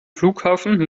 flughafen